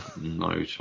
No